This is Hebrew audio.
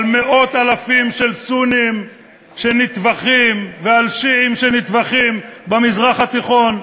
על מאות אלפים של סונים שנטבחים ועל שיעים שנטבחים במזרח התיכון,